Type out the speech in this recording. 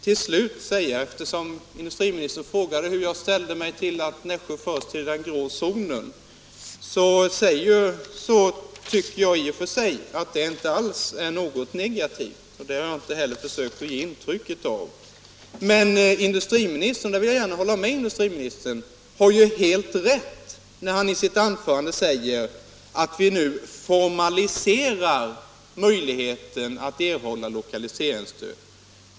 Till slut vill jag, eftersom industriministern frågade hur jag ställer mig till tanken att Nässjö förs till den s.k. grå zonen, säga att jag i och för sig inte alls tycker att det är något negativt, och det har jag inte heller försökt ge intryck av. Men industriministern har helt rätt när han i sitt anförande säger att vi nu formaliserar möjligheten att erhålla lokaliseringsstöd.